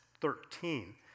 Thirteen